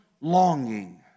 longing